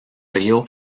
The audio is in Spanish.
río